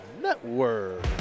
Network